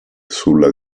sulla